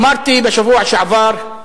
אמרתי בשבוע שעבר,